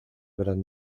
gran